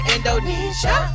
Indonesia